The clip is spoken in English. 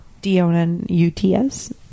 D-O-N-U-T-S